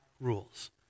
rules